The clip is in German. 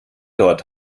dort